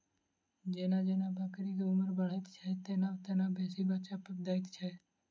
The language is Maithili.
जेना जेना बकरीक उम्र बढ़ैत छै, तेना तेना बेसी बच्चा दैत छै